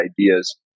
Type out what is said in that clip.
ideas